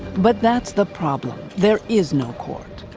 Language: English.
but that's the problem. there is no court.